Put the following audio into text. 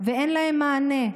ואין להם מענה.